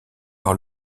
par